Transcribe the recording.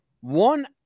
one